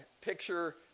picture